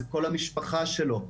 זה כל המשפחה שלו.